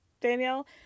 Danielle